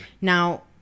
Now